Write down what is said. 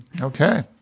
okay